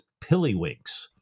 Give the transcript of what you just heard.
Pillywinks